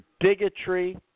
bigotry